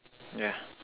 ya